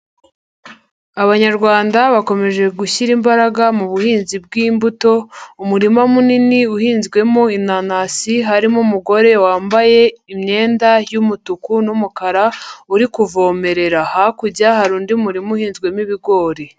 Abanyarwanda bakomeje gushyira imbaraga mu buhinzi bw'imbuto, umurima munini uhinzwemo inanasi, harimo umugore wambaye imyenda y'umutuku n'umukara uri kuvomerera, hakurya hari undi murima uhinzwemo ibigori.